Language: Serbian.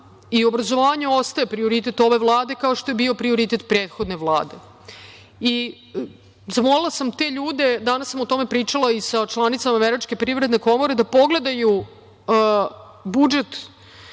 Obrazovanje ostaje prioritet ove Vlade, kao što je bio prioritet prethodne Vlade. Zamolila sam te ljude, danas sam o tome pričala i sa članicama Američke privredne komore da pogledaju budžet